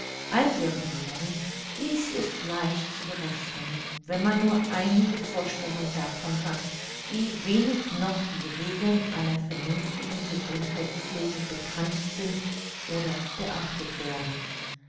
einwirken werden dies ist leicht zu berechnen wenn man nur einige vorstellung davon hat wie wenig noch die regeln einer vernünftigen gesundheitspflege bekannt sind oder beachtet werden